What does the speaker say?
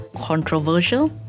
controversial